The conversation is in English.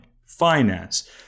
finance